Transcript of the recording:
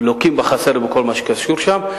לוקים בחסר, בכל מה שקשור לשם.